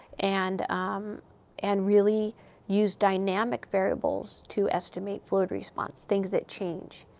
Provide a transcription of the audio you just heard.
and um and really use dynamic variables to estimate fluid response, things that change,